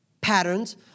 patterns